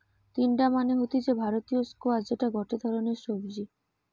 তিনডা মানে হতিছে ভারতীয় স্কোয়াশ যেটা গটে ধরণের সবজি